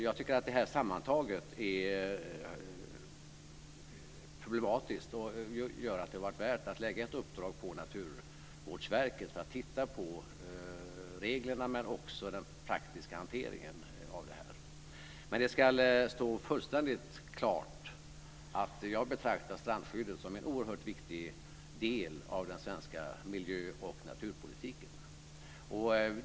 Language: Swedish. Jag tycker att det är problematiskt sammantaget, och det gör att det har varit värt att ge Naturvårdsverket i uppdrag att titta på reglerna men också den praktiska hanteringen. Det ska stå fullständigt klart att jag betraktar strandskyddet som en oerhört viktig del av den svenska miljö och naturpolitiken.